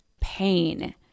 pain